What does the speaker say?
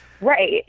Right